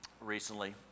recently